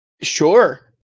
Sure